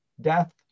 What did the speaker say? Death